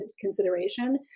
consideration